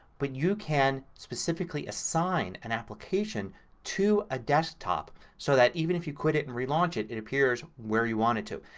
but you can specifically assign an application to a desktop so that even if you quit it and relaunch it it appears where you want it to.